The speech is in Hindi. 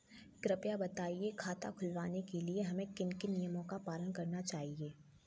कृपया बताएँ खाता खुलवाने के लिए हमें किन किन नियमों का पालन करना चाहिए?